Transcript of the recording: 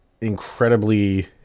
incredibly